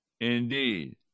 indeed